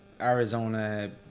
Arizona